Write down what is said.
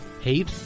hate